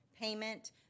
payment